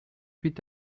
huit